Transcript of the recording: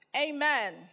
Amen